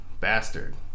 Bastard